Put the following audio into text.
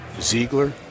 ziegler